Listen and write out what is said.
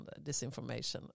disinformation